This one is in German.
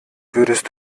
würdest